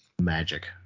Magic